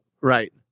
Right